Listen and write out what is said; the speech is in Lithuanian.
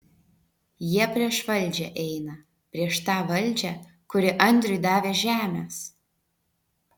jie prieš valdžią eina prieš tą valdžią kuri andriui davė žemės